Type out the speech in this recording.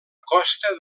costa